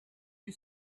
you